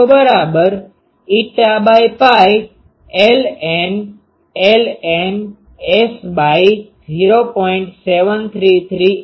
733 Sa Z0 eta ભાગ્યા pi આ approximation ને લીધે લકી શકો છો કે ln S ભાગ્યા 0